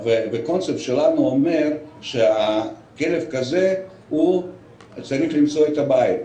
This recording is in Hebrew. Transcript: והקונספט שלנו אומר שכלב כזה צריך למצוא בית.